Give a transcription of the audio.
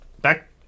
Back